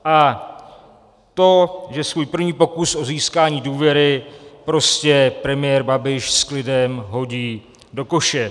A to, že svůj první pokus o získání důvěry prostě premiér Babiš s klidem hodí do koše.